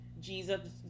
Jesus